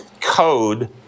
code